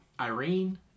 Irene